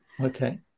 okay